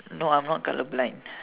no I'm not colour blind